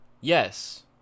Yes